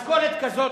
משכורת כזאת,